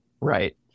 Right